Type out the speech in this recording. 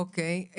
אוקי.